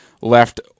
left